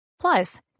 Plus